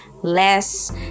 Less